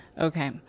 Okay